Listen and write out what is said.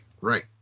right